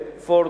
Ford,